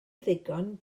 ddigon